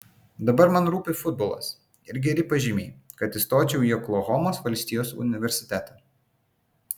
dabar man rūpi futbolas ir geri pažymiai kad įstočiau į oklahomos valstijos universitetą